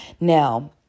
Now